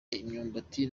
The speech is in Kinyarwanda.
imyumbati